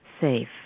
safe